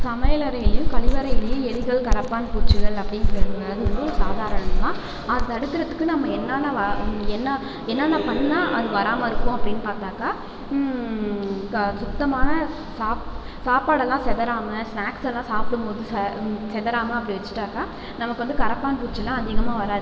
சமையலறையிலேயும் கலிவறையிலேயும் எலிகள் கரப்பான்பூச்சிகள் அப்படிங்கிறது வரது வந்து ஒரு சாதாரணம் தான் அதை தடுக்கிறதுக்கு நம்ம என்னென்ன வ என்ன என்னென்ன பண்ணால் அது வராமல் இருக்கும் அப்படின்னு பார்த்தாக்கா க சுத்தமான சாப் சாப்பாடெல்லாம் சிதறாம ஸ்நாக்ஸ் எல்லாம் சாப்பிடும்போது ச சிதறாமல் அப்படி வச்சிட்டாக்கா நமக்கு வந்து கரப்பான் பூச்சியெலாம் அதிகமாக வராது